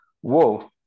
whoa